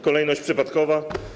Kolejność przypadkowa.